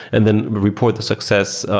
and then report the success,